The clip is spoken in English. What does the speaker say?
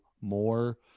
more